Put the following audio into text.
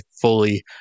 fully